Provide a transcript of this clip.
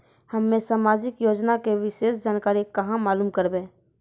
हम्मे समाजिक योजना के विशेष जानकारी कहाँ मालूम करबै?